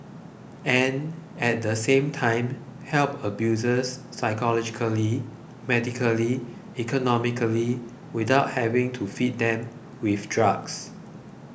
and at the same time help abusers psychologically medically economically without having to feed them with drugs